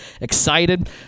excited